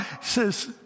says